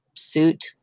suit